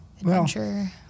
adventure